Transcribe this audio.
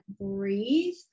breathe